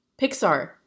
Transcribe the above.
Pixar